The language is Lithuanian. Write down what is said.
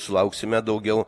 sulauksime daugiau